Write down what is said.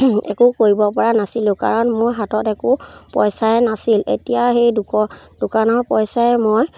একো কৰিব পৰা নাছিলোঁ কাৰণ মোৰ হাতত একো পইচাই নাছিল এতিয়া সেই দোক দোকানৰ পইচাই মই